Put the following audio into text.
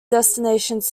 destinations